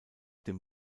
dem